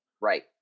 Right